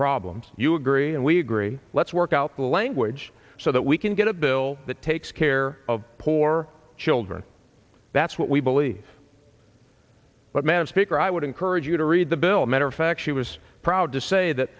problems you agree and we agree let's work out the language so that we can get a bill that takes care of poor children that's what we believe but madam speaker i would encourage you to read the bill matter fact she was proud to say that